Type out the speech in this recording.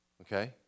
Okay